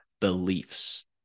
beliefs